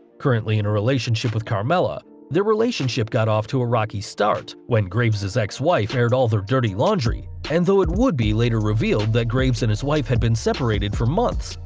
currently in a relationship with carmella, their relationship got off to a rocky start when graves' ex-wife aired all their dirty laundry, and though it would be later revealed that graves and his wife had been separated for months,